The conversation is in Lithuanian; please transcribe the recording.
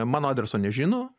mano adreso nežino